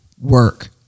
work